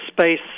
space